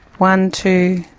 one, two,